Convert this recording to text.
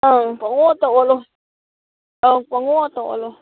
ꯑꯪ ꯄꯪꯑꯣꯠꯇ ꯑꯣꯠꯂꯨ ꯑꯧ ꯄꯪꯑꯣꯠꯇ ꯑꯣꯠꯂꯨ